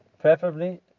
Preferably